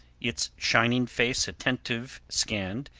its shining face attentive scanned,